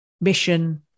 mission